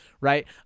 right